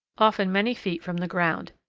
often many feet from the ground.